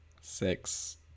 Six